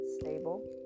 stable